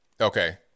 Okay